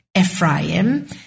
Ephraim